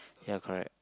ya correct